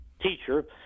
teacher